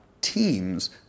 teams